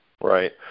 Right